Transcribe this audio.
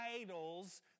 idols